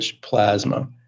plasma